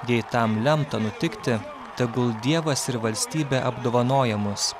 jei tam lemta nutikti tegul dievas ir valstybė apdovanoja mus